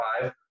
five